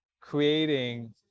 creating